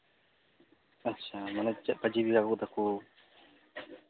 ᱟᱪᱪᱷᱟ ᱢᱟᱱᱮ ᱪᱮᱫ ᱞᱮᱠᱟ ᱡᱤᱣᱤ ᱛᱟᱠᱚ